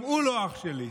גם הוא לא אח שלי,